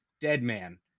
Deadman